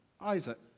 Isaac